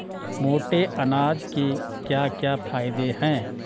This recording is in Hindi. मोटे अनाज के क्या क्या फायदे हैं?